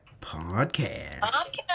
Podcast